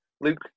Luke